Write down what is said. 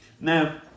Now